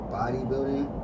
bodybuilding